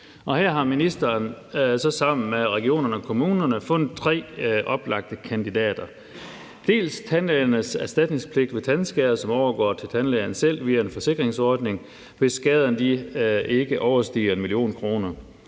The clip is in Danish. her har ministeren så sammen med regionerne og kommunerne fundet tre oplagte ting. Dels tandlægernes erstatningspligt ved tandskade, som overgår til tandlægerne selv via en forsikringsordning, hvis skaden ikke overstiger 1 mio. kr.